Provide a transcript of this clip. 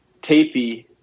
tapey